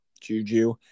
Juju